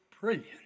brilliant